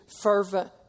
fervent